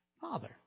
Father